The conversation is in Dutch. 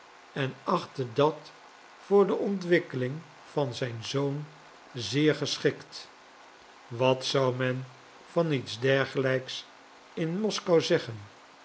en achtte dat voor de ontwikkeling van zijn zoon zeer geschikt wat zou men van iets dergelijks in moskou zeggen